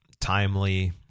timely